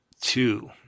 Two